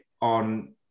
on